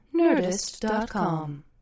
nerdist.com